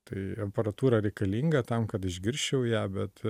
tai aparatūra reikalinga tam kad išgirsčiau ją bet